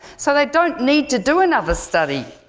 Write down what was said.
so they don't need to do another study!